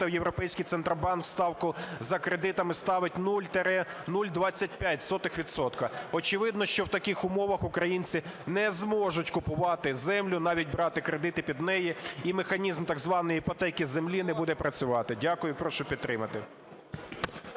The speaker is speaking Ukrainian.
то Європейський Центробанк ставку за кредитами ставить 0-0,25 відсотка. Очевидно, що в таких умовах українці не зможуть купувати землю, навіть брати кредити під неї. І механізм так званої іпотеки землі не буде працювати. Дякую. Прошу підтримати.